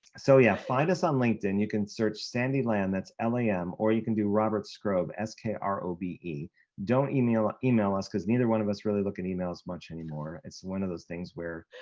so yeah find us on linkedin you can search sandy lam that's l a m or you can do robert skrobe s k r o b e don't email email us because neither one of us really look at email as much anymore it's one of those things where.